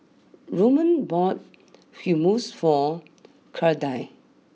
Roman bought Hummus for Claudine